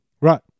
Right